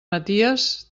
maties